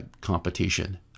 competition